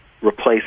replace